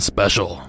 Special